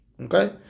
Okay